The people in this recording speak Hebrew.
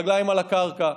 רגליים על הקרקע.